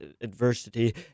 adversity